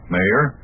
Mayor